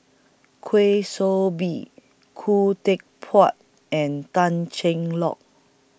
Kwa Soon Bee Khoo Teck Puat and Tan Cheng Lock